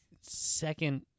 second-